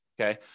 okay